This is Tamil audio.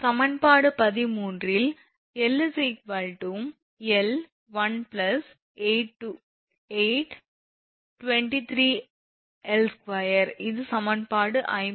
சமன்பாடு 13 இல் 𝑙 𝐿 18𝑑23𝐿2 இது சமன்பாடு 57